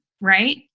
right